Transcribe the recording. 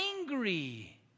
angry